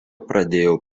pradėjo